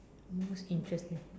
most interesting